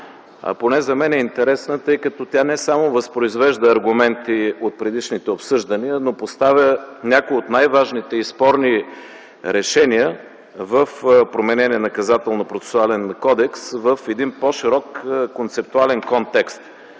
поне за мен е интересна, тъй като тя не само възпроизвежда аргументи от предишните обсъждания, но поставя някои от най-важните и спорни решения в променения Наказателно-процесуалния кодекс в един по-широк концептуален контекст.